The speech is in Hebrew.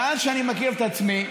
מאז שאני מכיר את עצמי,